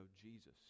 jesus